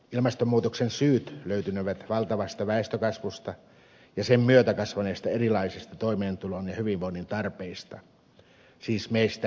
ilmastonmuutoksen syyt löytynevät valtavasta väestönkasvusta ja sen myötä kasvaneista erilaisista toimeentulon ja hyvinvoinnin tarpeista siis meistä itsestämme